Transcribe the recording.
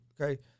okay